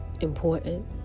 important